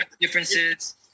differences